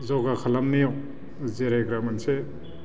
जगा खालामनायाव जिरायग्रा मोनसे